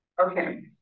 Okay